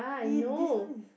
E this one is